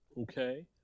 okay